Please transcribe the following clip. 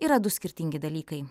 yra du skirtingi dalykai